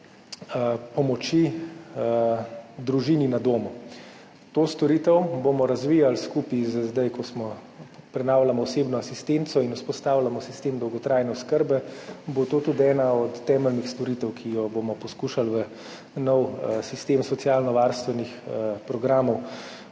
pomoči družini na domu. To storitev bomo razvijali skupaj s tem, ko zdaj prenavljamo osebno asistenco in vzpostavljamo sistem dolgotrajne oskrbe in bo to tudi ena od temeljnih storitev, ki jo bomo poskušali umestiti v nov sistem socialnovarstvenih programov.